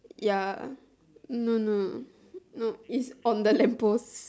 ya no no no nope its on the lamp post